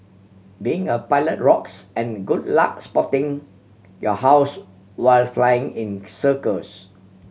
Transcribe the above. being a pilot rocks and good luck spotting your house while flying in circles